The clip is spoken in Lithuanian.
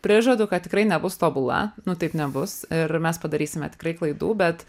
prižadu kad tikrai nebus tobula nu taip nebus ir mes padarysime tikrai klaidų bet